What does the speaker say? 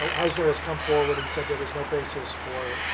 um eisner has come forward and said there was no basis for